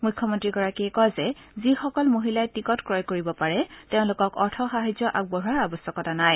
মুখ্যমন্ত্ৰীগৰাকীয়ে কয় যে যিসকল মহিলাই টিকট ক্ৰয় কৰিব পাৰে তেওঁলোকক অৰ্থ সাহায্য আগবঢ়োৱাৰ আৱশ্যকতা নাই